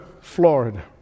Florida